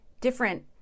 different